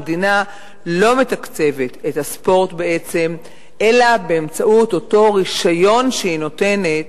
המדינה לא מתקצבת את הספורט בעצם אלא באמצעות אותו רשיון שהיא נותנת